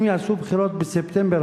אם יעשו בחירות בספטמבר,